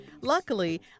Luckily